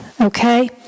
Okay